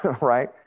right